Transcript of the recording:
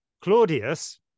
Claudius